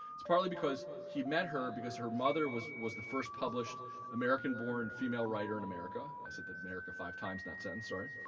it's partly because he met her because her mother was was the first published american-born female writer in america. i said that america five times in that sentence, sorry,